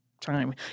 time